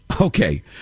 Okay